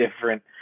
different